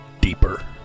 Deeper